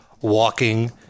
walking